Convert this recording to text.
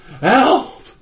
Help